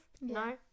No